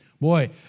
boy